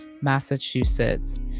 Massachusetts